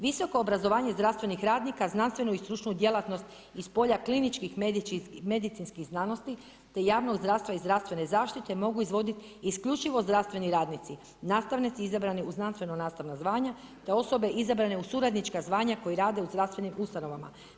Visoko obrazovanje zdravstvenih radnika znanstvenu i stručnu djelatnost iz polja kliničkih medicinskih znanosti te javnog zdravstva i zdravstvene zaštite mogu izvoditi isključivo zdravstveni radnici, nastavnici izabrani u znanstveno nastavna zvanja te osobe izabrane u suradnička zvanja koji rade u zdravstvenim ustanovama.